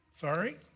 sorry